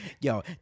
yo